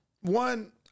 One